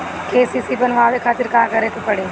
KCC बनवावे खातिर का करे के पड़ी?